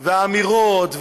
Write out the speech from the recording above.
והאמירות,